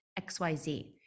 XYZ